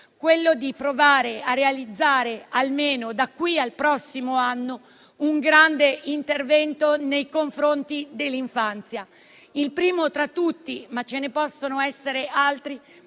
l'impegno di provare a realizzare, almeno da qui al prossimo anno, un grande intervento nei confronti dell'infanzia. Il primo tra tutti - ma ce ne possono essere altri